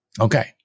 Okay